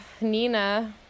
Nina